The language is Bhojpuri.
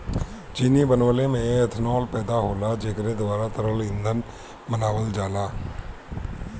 चीनी बनवले में एथनाल पैदा होला जेकरे द्वारा तरल ईंधन बनावल जाला